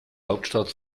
hauptstadt